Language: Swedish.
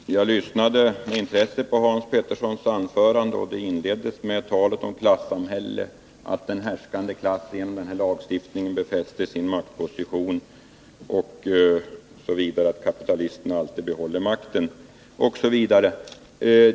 Herr talman! Jag lyssnade med visst intresse på Hans Peterssons huvudanförande. Det inleddes med tal om klassamhälle — att den härskande klassen med denna lagstiftning befäste sin maktposition, att kapitalisterna alltid behåller makten osv.